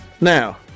Now